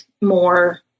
more